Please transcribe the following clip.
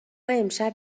امشب